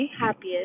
happiest